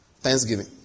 Thanksgiving